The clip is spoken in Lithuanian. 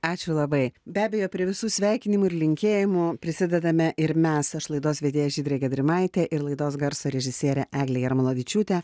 ačiū labai be abejo prie visų sveikinimų ir linkėjimų prisidedame ir mes aš laidos vedėjas žydrė gedrimaitė ir laidos garso režisierė eglė jarmolavičiūtė